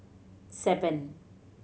seven